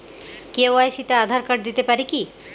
KYC তে Aadhaar card দিতে পারি কি?